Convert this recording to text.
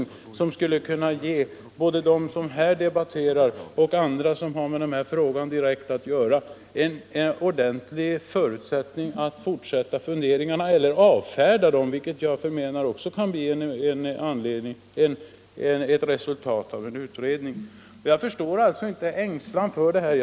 En sådan utredning skulle kunna ge både dem som här debatterar och andra som har direkt med den här frågan att göra en ordentlig grund för fortsatta funderingar eller för att avfärda alla tankar i denna riktning, vilket ju också kan bli ett resultat av en utredning. Jag förstår alltså inte ängslan för det här.